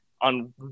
on